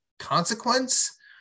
consequence